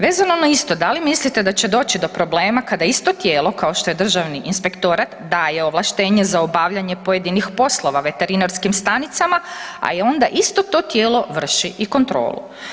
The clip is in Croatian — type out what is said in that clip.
Vezano za isto, da li mislite da će doći do problema kada isto tijelo kao što je DIRH daje ovlaštenje za obavljanje pojedinih poslova veterinarskim stanicama, a i onda isto to tijelo vrši i kontrolu.